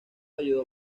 ayudó